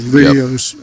videos